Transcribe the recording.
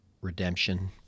redemption